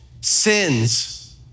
sins